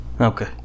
Okay